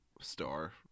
star